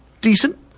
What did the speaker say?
Decent